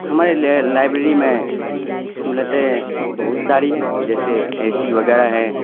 ہماری لائبریری میں سہولتیں بہت ساری ہیں جیسے اے سی وغیرہ ہے